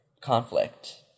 conflict